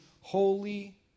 holy